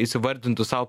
įsivardintų sau